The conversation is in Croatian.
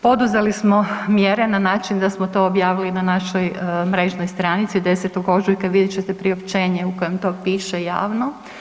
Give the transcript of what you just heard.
Poduzeli smo mjere na način da smo to objavili na našoj mrežnoj stranici 10. ožujka, vidjet ćete priopćenje u kojem to piše javno.